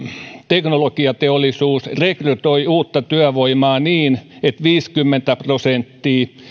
teknologiateollisuus rekrytoi uutta työvoimaa niin että viisikymmentä prosenttia